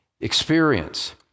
experience